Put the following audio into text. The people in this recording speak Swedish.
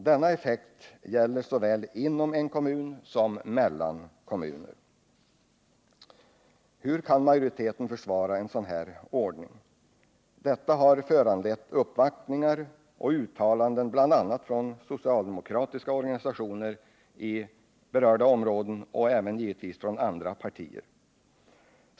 Denna effekt gäller såväl inom en kommun som mellan kommuner. Hur kan majoriteten försvara en sådan ordning? Förslaget har föranlett uppvaktningar och uttalanden från socialdemokratiska organisationer i berörda områden och givetvis också från andra partier.